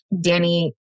Danny